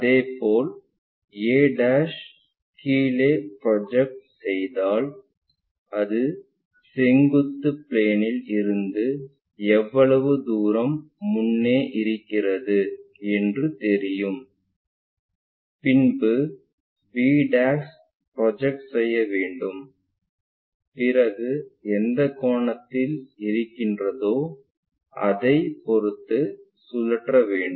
அதேபோல் a கீழே project செய்தால் அது செங்குத்து பிளேனில் இருந்து எவ்வளவு தூரம் முன்னே இருக்கிறது என்று தெரியும் பின்பு b ப்ரொஜெக்ட் செய்ய வேண்டும் பிறகு எந்தக் கோணத்தில் இருக்கின்றதோ அதைப் பொறுத்து சுழற்ற வேண்டும்